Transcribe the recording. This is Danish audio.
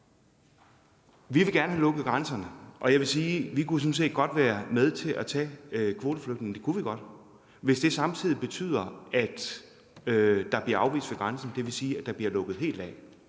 Vi vil gerne have lukket grænserne. Jeg vil sige, at vi sådan set godt kunne være med til at tage kvoteflygtninge. Det kunne vi godt, hvis det samtidig betyder, at der bliver afvist ved grænsen, dvs. at der bliver lukket helt af.